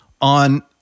on